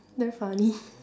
damn funny